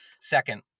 second